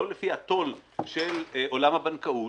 לא לפי התו"ל של עולם הבנקאות,